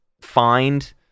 find